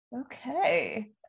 Okay